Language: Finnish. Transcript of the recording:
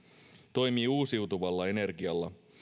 toimii uusiutuvalla energialla